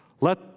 let